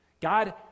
God